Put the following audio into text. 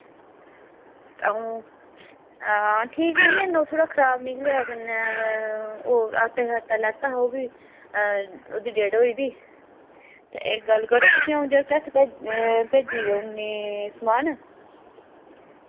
ए ठीक निं हैन कन्नै खराब निकले न ओह् आटा लैता हा भी ओह्दी डेट होई दी इक्क गल्ल करो हून जगतें हत्थ भेजी दे्ई ओड़नी समान